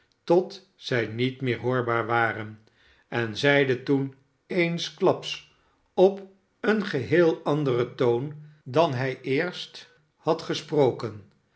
tot zij niet meer hoorbaar waren en zeide toen eensklaps op een geheel anderen toon dan hij eerst had gesproken